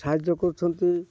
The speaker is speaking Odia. ସାହାଯ୍ୟ କରୁଛନ୍ତି